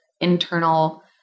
internal